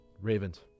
Ravens